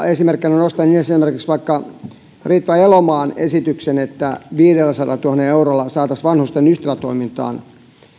esimerkkinä nostan vaikka sen ritva elomaan esityksen että viidelläsadallatuhannella eurolla saataisiin vanhusten ystävätoimintaan